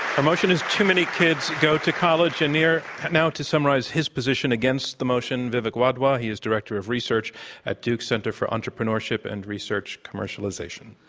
our motion is too many kids go to college. and here now to summarize his position against the motion, vivek wadhwa. he is director of research at duke center for entrepreneurship and research commercialization.